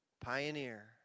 pioneer